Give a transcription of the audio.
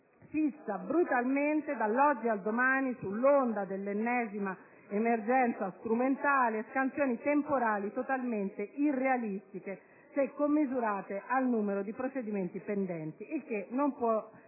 fissa brutalmente, dall'oggi al domani, sull'onda dell'ennesima emergenza strumentale, scansioni temporali totalmente irrealistiche se commisurate al numero di procedimenti pendenti, il che non può